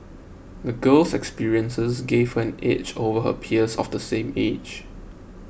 the girl's experiences gave her an edge over her peers of the same age